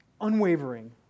Unwavering